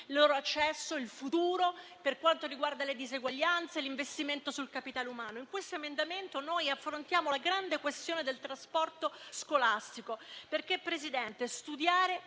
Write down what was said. i bambini e il loro futuro, le diseguaglianze, l'investimento sul capitale umano. In questo emendamento noi affrontiamo la grande questione del trasporto scolastico. Signor Presidente, studiare